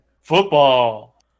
football